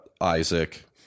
Isaac